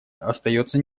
остается